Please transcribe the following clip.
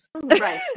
right